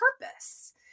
purpose